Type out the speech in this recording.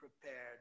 prepared